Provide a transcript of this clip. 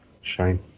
Shame